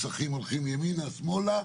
הולכים ימינה ושמאלה.